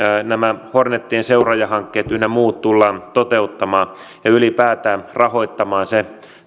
hornetien seuraajahankkeet ynnä muut tullaan toteuttamaan ja ylipäätään rahoittamaan se